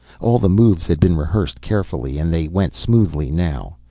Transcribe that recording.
all the moves had been rehearsed carefully and they went smoothly now.